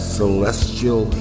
celestial